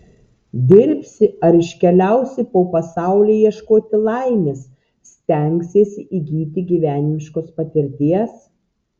dirbsi ar iškeliausi po pasaulį ieškoti laimės stengsiesi įgyti gyvenimiškos patirties